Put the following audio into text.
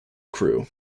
crewe